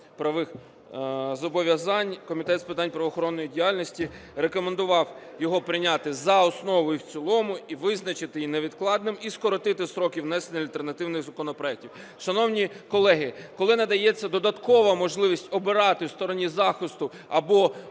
зобов'язань, Комітет з питань правоохоронної діяльності рекомендував його прийняти за основу і в цілому і визначити його невідкладним, і скоротити строки внесення альтернативних законопроектів. Шановні колеги, коли надається додаткова можливість обирати стороні захисту або